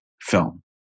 film